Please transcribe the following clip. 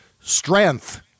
strength